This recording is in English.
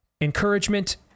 encouragement